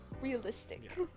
realistic